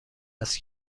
است